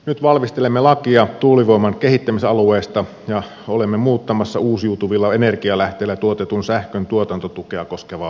nyt valmistelemme lakia tuulivoiman kehittämisalueista ja olemme muuttamassa uusiutuvilla energianlähteillä tuotetun sähkön tuotantotukea koskevaa lakia